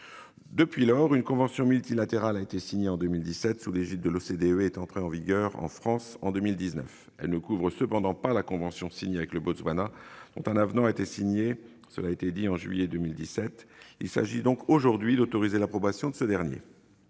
Depuis lors, une convention multilatérale a été signée en 2017, sous l'égide de l'OCDE, et est entrée en vigueur en France en 2019. Elle ne couvre cependant pas la convention signée avec le Botswana, à laquelle un avenant a été signé en juillet 2017. Il s'agit aujourd'hui d'autoriser l'approbation de ce dernier.